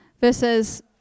versus